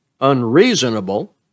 unreasonable